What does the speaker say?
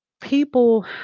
people